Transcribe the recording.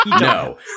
no